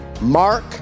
Mark